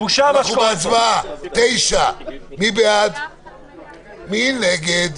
רוויזיה על הסתייגות מס' 6, מי בעד ומי נגד.